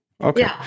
okay